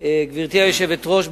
גברתי היושבת-ראש,